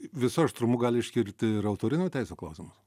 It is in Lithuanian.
visu aštrumu gali iškilti ir autorinių teisių klausimas